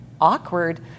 Awkward